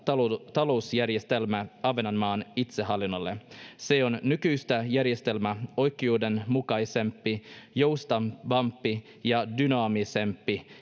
talousjärjestelmää ahvenanmaan itsehallinnolle se on nykyistä järjestelmää oikeudenmukaisempi joustavampi ja dynaamisempi